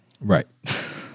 Right